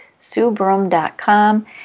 SueBroom.com